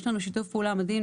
יש לנו שיתוף פעולה מדהים.